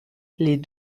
les